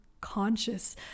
conscious